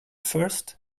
first